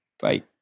Bye